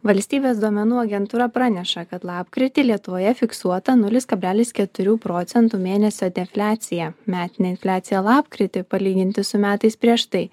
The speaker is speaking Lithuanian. valstybės duomenų agentūra praneša kad lapkritį lietuvoje fiksuota nulis kablelis keturių procentų mėnesio defliacija metinė infliacija lapkritį palyginti su metais prieš tai